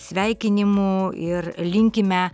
sveikinimų ir linkime